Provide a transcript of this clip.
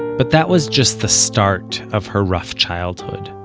but that was just the start of her rough childhood.